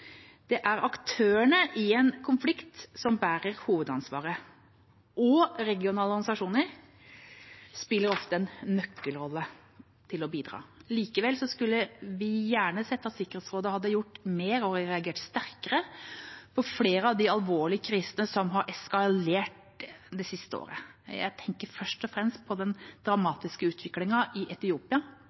Det er aktørene i en konflikt som bærer hovedansvaret. Regionale organisasjoner spiller ofte en nøkkelrolle. Likevel skulle vi gjerne sett at Sikkerhetsrådet hadde gjort mer og reagert sterkere på flere av de alvorlige krisene som har eskalert det siste året. Jeg tenker først og fremt på den dramatiske utviklingen i Etiopia